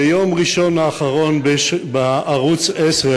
ביום ראשון האחרון שידרו בערוץ 10